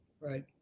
Right